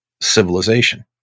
civilization